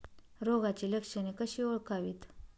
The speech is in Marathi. रोगाची लक्षणे कशी ओळखावीत?